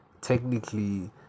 Technically